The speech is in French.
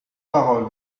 parole